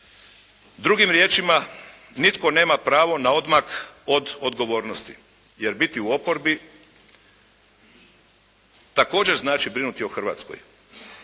Drugim riječima, nitko nema pravo na odmak od odgovornosti. Jer biti u oporbi također znači brinuti o Hrvatskoj.